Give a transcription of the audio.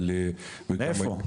אבל --- איפה?